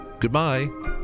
Goodbye